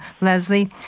Leslie